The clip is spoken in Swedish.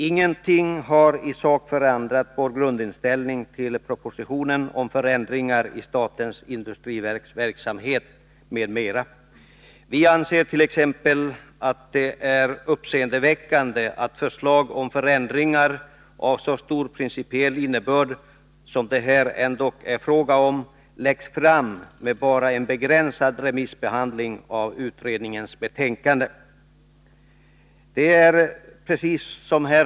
Ingenting har i sak förändrat vår grundinställning till propositionen om förändringar i statens industriverks verksamhet, m.m. Viansert.ex. att det är uppseendeväckande att förslag om förändringar av så stor principiell innebörd som det här ändock är fråga om läggs fram med bara en begränsad remissbehandling av utredningens betänkande.